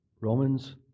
Romans